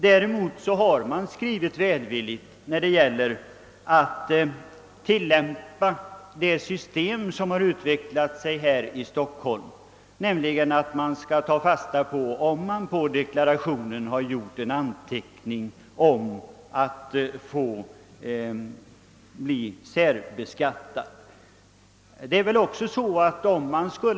Däremot har utskottet skrivit välvilligt i fråga om en allmän tillämpning av det system som utvecklats här i Stockholm, nämligen att man skall ta fasta på om det på deklarationen gjorts en anteckning om att vederbörande önskar bli särbeskattade.